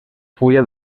fulla